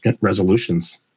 resolutions